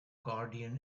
guardian